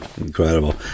Incredible